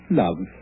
love